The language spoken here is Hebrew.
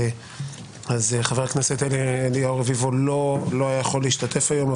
חבר הכנסת אליהו רביבו לא יכול להשתתף היום,